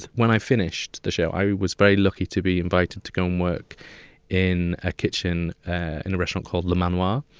when i finished the show, i was very lucky to be invited to go and um work in a kitchen in a restaurant called le manoir,